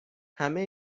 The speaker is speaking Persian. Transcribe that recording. همه